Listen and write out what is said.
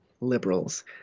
liberals